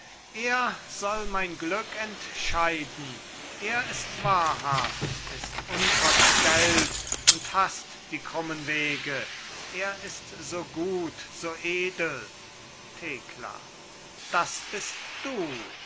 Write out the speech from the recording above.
er soll mein glück entscheiden er ist wahrhaft ist unverstellt und haßt die krummen wege er ist so gut so edel thekla das bist du